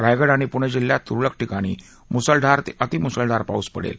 रायगड आणि पुणे जिल्ह्यात तुरळक ठिकाणी मुसळधार ते अतिमुसळधार पाऊस पडेल